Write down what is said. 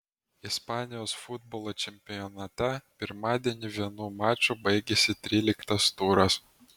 ispanijos futbolo čempionate pirmadienį vienu maču baigėsi tryliktas turas